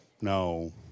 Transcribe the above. No